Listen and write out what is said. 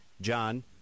John